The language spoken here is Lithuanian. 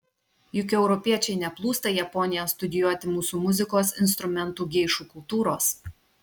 juk europiečiai neplūsta į japoniją studijuoti mūsų muzikos instrumentų geišų kultūros